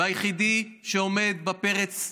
והיחידי שעומד בפרץ,